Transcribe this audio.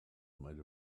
made